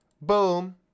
Boom